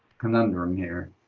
conundrum here.